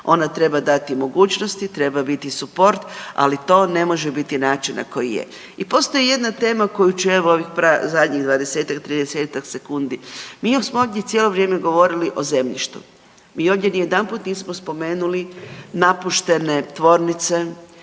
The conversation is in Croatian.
Ona treba dati mogućnosti, treba biti suport, ali to ne može biti način na koji je. I postoji jedna tema koju ću evo zadnjih 20-30 sekundi, mi smo ovdje cijelo vrijeme govorili o zemljištu, mi ovdje ni jedanput nismo spomenuli napuštene tvornice,